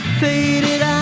faded